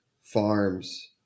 farms